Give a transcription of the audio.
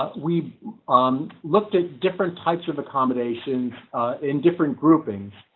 ah we um looked at different types of accommodation in different groupings,